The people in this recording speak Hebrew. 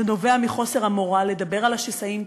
זה נובע מחוסר המורא לדבר על השסעים,